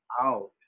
out